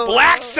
Black